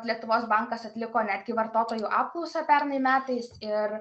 lietuvos bankas atliko netgi vartotojų apklausą pernai metais ir